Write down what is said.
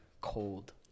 cold